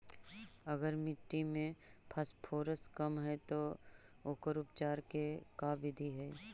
अगर मट्टी में फास्फोरस कम है त ओकर उपचार के का बिधि है?